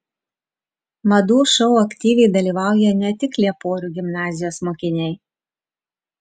madų šou aktyviai dalyvauja ne tik lieporių gimnazijos mokiniai